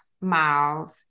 Miles